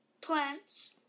plants